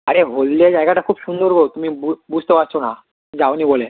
আরে হলদিয়া জায়গাটা খুব সুন্দর গো তুমি বুঝতে পারছো না যাওনি বলে